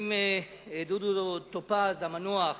אם דודו טופז המנוח